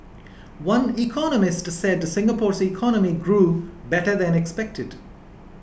one economist said Singapore's economy grew better than expected